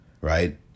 right